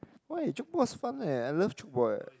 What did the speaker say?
why tchoukball is fun leh I love tchoukball eh